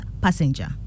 passenger